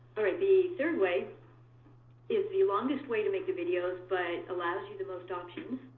alright the third way is the longest way to make the videos, but allows you the most options.